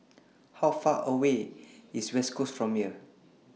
How Far away IS West Coast from here